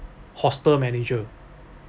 hostel manager